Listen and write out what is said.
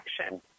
action